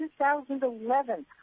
2011